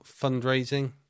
fundraising